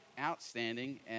Outstanding